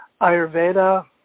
Ayurveda